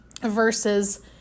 Versus